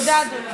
תודה, אדוני.